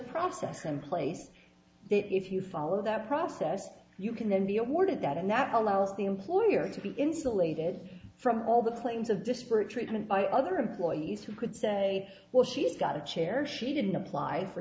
process in place that if you follow that process you can then be awarded that and that allows the employer to be insulated from all the claims of disparate treatment by other employees who could say well she's got a chair she didn't apply for